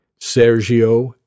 Sergio